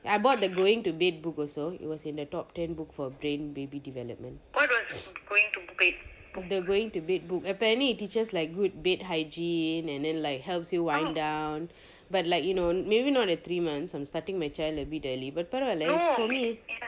I bought the going to bed book also it was in the top ten book for brain baby development the going to bed book apparently it teaches like good bed hygiene and then like helps you wind down but like you know maybe not at three months I'm starting my child a bit early but பரவால்ல:paravaalle for m